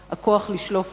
הכוח להשליך לצינוק,